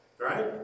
Right